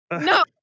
No